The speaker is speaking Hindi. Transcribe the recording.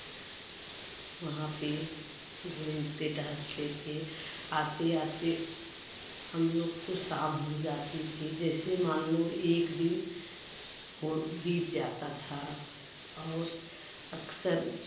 वहाँ पर घूमते टहलते थे आते आते हम लोग को शाम हो जाती थी जैसे मान लो एक दिन और बीत जाता था और अक्सर